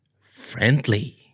Friendly